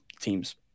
teams